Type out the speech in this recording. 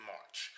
March